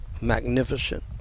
Magnificent